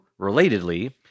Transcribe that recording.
relatedly